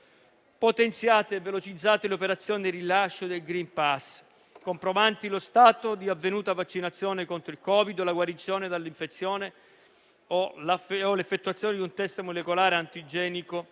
potenziate e velocizzate le operazioni di rilascio del *green pass*, comprovanti lo stato di avvenuta vaccinazione contro il Covid, la guarigione dall'infezione o l'effettuazione di un test molecolare antigenico